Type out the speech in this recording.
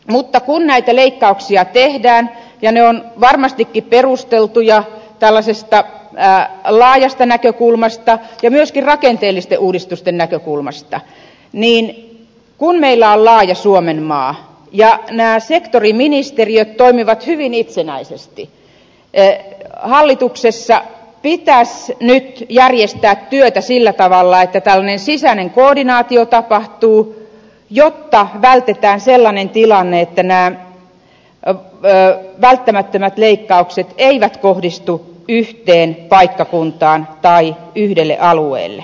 mutta kun näitä leikkauksia tehdään ja ne ovat varmastikin perusteltuja laajasta näkökulmasta ja myöskin rakenteellisten uudistusten näkökulmasta niin kun meillä on laaja suomenmaa ja nämä sektoriministeriöt toimivat hyvin itsenäisesti hallituksessa pitäisi nyt järjestää työtä sillä tavalla että tällainen sisäinen koordinaatio tapahtuu jotta vältetään sellainen tilanne että nämä välttämättömät leikkaukset eivät kohdistu yhteen paikkakuntaan tai yhdelle alueelle